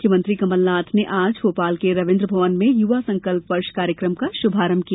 मुख्यमंत्री कमल नाथ ने आज भोपाल के रवीन्द्र भवन में युवा संकल्प वर्ष कार्यक्रम का शुभारम्भ किया